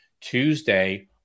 Tuesday